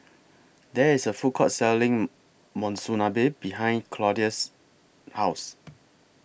There IS A Food Court Selling Monsunabe behind Claude's House